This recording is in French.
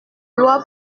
loi